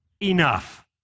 enough